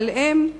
אבל הם,